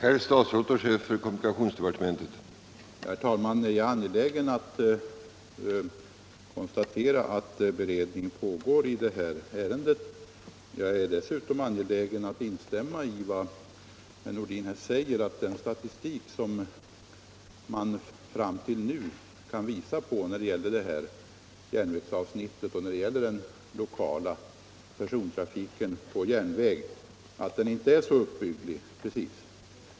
ÅnnrR lr gror Re Herr talman! Jag är angelägen om att påpeka att beredning pågår i Om ökad säkerhet detta ärende. Jag instämmer också i vad herr Nordin sade, att tillgänglig vid järnvägsöver den sträcka som vi nu närmast diskuterar — inte är så särskilt uppbygglig.